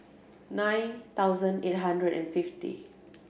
nine thousand eight hundred and fifty